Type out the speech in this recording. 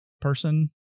person